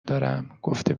دارمگفته